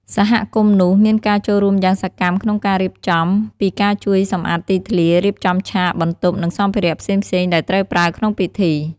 សហគមន៍នោះ មានការចូលរួមយ៉ាងសកម្មក្នុងការរៀបចំ ពីការជួយសម្អាតទីធ្លា រៀបចំឆាក បន្ទប់ និងសម្ភារៈផ្សេងៗដែលត្រូវប្រើក្នុងពិធី។